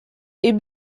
est